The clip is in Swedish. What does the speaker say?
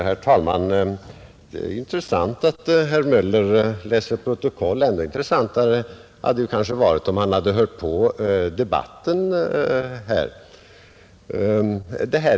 Herr talman! Det är intressant att herr Möller läser protokoll. Ändå intressantare hade det kanske varit om han hade hört på debatten.